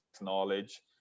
knowledge